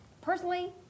personally